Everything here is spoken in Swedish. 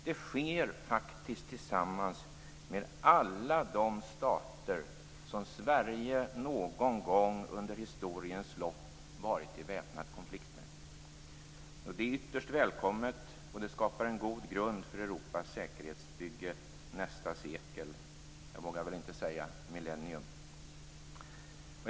Det sker faktiskt tillsammans med alla de stater som Sverige någon gång under historiens lopp varit i väpnad konflikt med. Det är ytterst välkommet, och det skapar en god grund för Europas säkerhetsbygge nästa sekel - jag vågar väl inte säga millennium.